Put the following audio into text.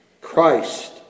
Christ